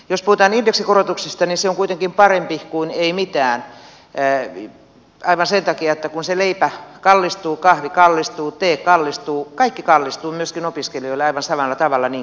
jos puhutaan indeksikorotuksista se on kuitenkin parempi kuin ei mitään aivan sen takia että kun leipä kallistuu kahvi kallistuu tee kallistuu kaikki kallistuu myöskin opiskelijoille aivan samalla tavalla kuin meille